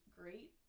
great